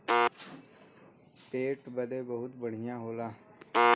पेट बदे बहुते बढ़िया होला